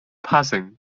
passing